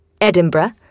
edinburgh